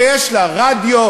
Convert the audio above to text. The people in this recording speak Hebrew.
שיש לה רדיו,